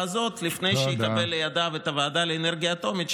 הזאת לפני שיקבל לידיו את הוועדה לאנרגיה אטומית,